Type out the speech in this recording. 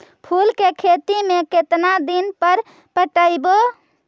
फूल के खेती में केतना दिन पर पटइबै?